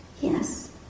Yes